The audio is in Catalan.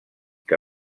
que